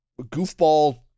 goofball